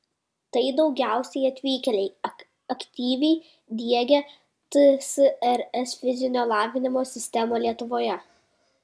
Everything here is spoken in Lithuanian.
tai daugiausiai atvykėliai aktyviai diegę tsrs fizinio lavinimo sistemą lietuvoje